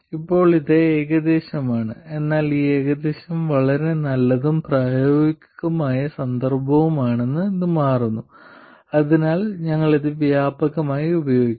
ഇപ്പോൾ ഇത് ഏകദേശമാണ് എന്നാൽ ഈ ഏകദേശം വളരെ നല്ലതും പ്രായോഗികമായ സന്ദർഭവുമാണെന്ന് ഇത് മാറുന്നു അതിനാൽ ഞങ്ങൾ ഇത് വ്യാപകമായി ഉപയോഗിക്കും